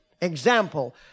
Example